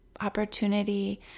opportunity